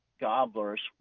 gobblers